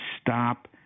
stop